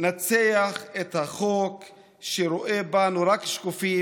לנצח את החוק שרואה בנו רק שקופים.